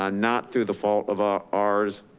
ah not through the fault of ah ours,